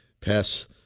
pass